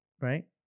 right